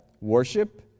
worship